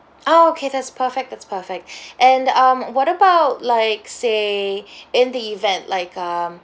oh okay that's perfect that's perfect and um what about like say in the event like um